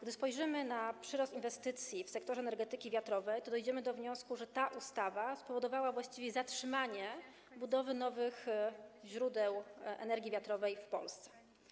Gdy spojrzymy na przyrost inwestycji w sektorze energetyki wiatrowej, to dojdziemy do wniosku, że ta ustawa spowodowała właściwie zatrzymanie budowy nowych źródeł energii wiatrowej w Polsce.